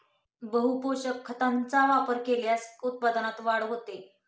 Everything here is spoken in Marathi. बहुपोषक खतांचा वापर केल्यास उत्पादनात वाढ होते